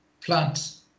plants